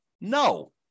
No